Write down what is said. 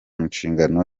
nshingano